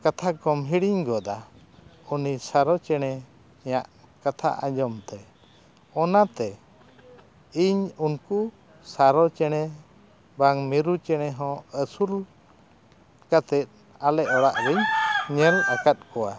ᱠᱟᱛᱷᱟ ᱠᱚᱢ ᱦᱤᱲᱤᱧ ᱜᱚᱫᱟ ᱩᱱᱤ ᱥᱟᱨᱚ ᱪᱮᱬᱮᱧᱟᱜ ᱠᱟᱛᱷᱟ ᱟᱸᱡᱚᱢᱛᱮ ᱚᱱᱟᱛᱮ ᱤᱧ ᱩᱱᱠᱩ ᱥᱟᱨᱚ ᱪᱮᱬᱮ ᱵᱟᱝ ᱢᱤᱨᱩ ᱪᱮᱬᱮ ᱦᱚᱸ ᱟᱹᱥᱩᱞ ᱠᱟᱛᱮᱫ ᱟᱞᱮ ᱚᱲᱟᱜ ᱨᱤᱧ ᱧᱮᱞ ᱟᱠᱟᱫ ᱠᱚᱣᱟ